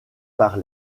par